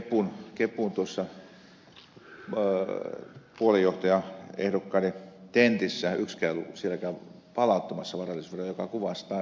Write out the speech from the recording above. olen kyllä ymmärtänyt jotta kepun puoluejohtajaehdokkaiden tentissä yksikään ei ollut palauttamassa varallisuusveroa mikä kuvastaa sitä asennemaailmaa